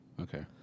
Okay